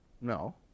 No